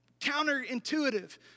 counterintuitive